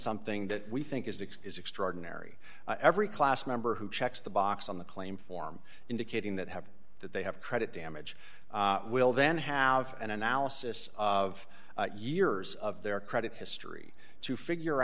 something that we think is it is extraordinary every class member who checks the box on the claim form indicating that happen that they have credit damage will then have an analysis of years of their credit history to figure